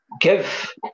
give